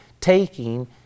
taking